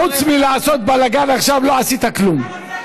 חוץ מלעשות בלגן עכשיו לא עשית כלום.